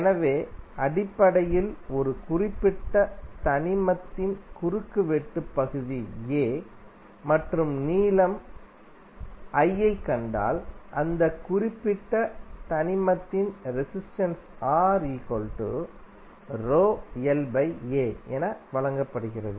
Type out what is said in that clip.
எனவே அடிப்படையில் ஒரு குறிப்பிட்ட தனிமத்தின் குறுக்குவெட்டு பகுதி A மற்றும் நீளம் l யைக் கண்டால் அந்த குறிப்பிட்ட தனிமத்தின் ரெசிஸ்டென்ஸ் என வழங்கப்படுகிறது